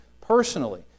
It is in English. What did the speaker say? personally